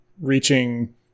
reaching